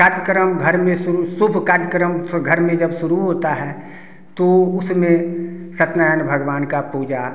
कार्यक्रम घर में शुरू शुभ कार्यक्रम घर में जब शुरू होता है तो उसमें सत्यनारायण भगवान का पूजा